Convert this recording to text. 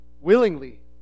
willingly